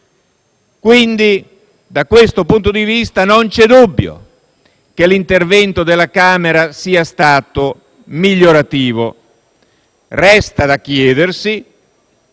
Quindi, da questo punto di vista non c'è dubbio che l'intervento della Camera dei deputati sia stato migliorativo. Resta da chiedersi